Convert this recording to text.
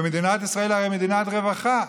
ומדינת ישראל היא הרי מדינת רווחה.